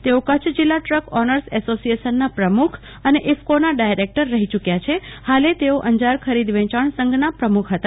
તેઓ કચ્છ જિલ્લા truck owners એસોસીએશનના પ્રમુખ અને ઈફકોના ડાયરેક્ટર રહી યુક્વા છે હાલે તેઓ અંજાર ખરીદ વેંચાણ સંઘના પ્રમુખ હતા